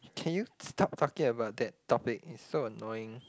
can you stop talking about that topic it's so annoying